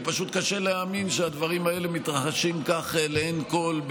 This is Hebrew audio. כי פשוט קשה להאמין שהדברים האלה מתרחשים כך לעין כול,